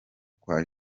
kwa